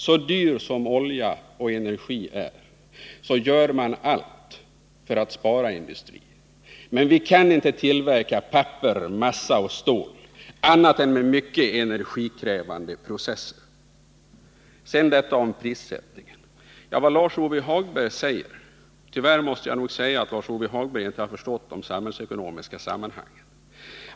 Så dyrt som det är med olja och energi över huvud taget gör man allt för att spara energi. Men vi kan inte tillverka papper, massa och stål annat än genom mycket energikrävande processer. Så till frågan om prissättningen. Tyvärr måste jag konstatera att Lars-Ove Hagberg inte har förstått de samhällsekonomiska sammanhangen.